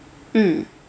mm